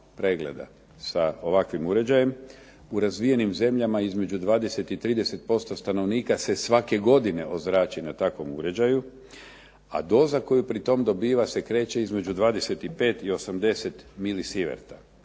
sa ovakvim uređajem. U razvijenim zemljama između 20 i 30% stanovnika se svake godine ozrači na takvom uređaju, a doza koja pri tome dobiva se kreće između 25 i 80 milisilverta.